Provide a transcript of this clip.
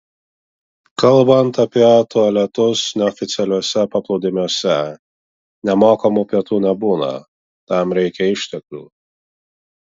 kalbant apie tualetus neoficialiuose paplūdimiuose nemokamų pietų nebūna tam reikia išteklių